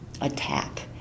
attack